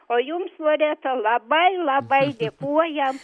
o jums loreta labai labai dėkojam